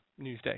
Newsday